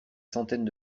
centaines